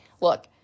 look